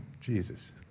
Jesus